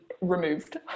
removed